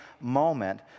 moment